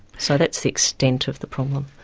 so that's the extent of the problem.